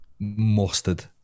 mustard